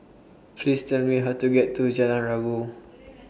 Please Tell Me How to get to Jalan Rabu